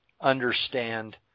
understand